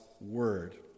word